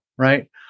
right